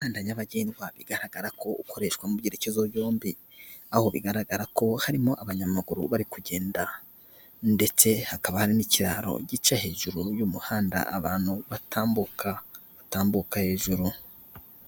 Inda nyabagendwa igaragara ko ukoreshwa mubwira ikibazo bombi aho bigaragara ko harimo abanyamaguru bari kugenda ndetse hakaba hari n'ikiraro gica hejuru y'umuhanda abantu batambuka batambuka hejuru.